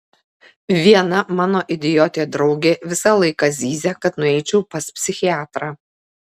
viena mano idiotė draugė visą laiką zyzia kad nueičiau pas psichiatrą